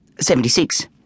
Seventy-six